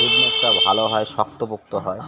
ভালো হয় শক্তপোক্ত হয়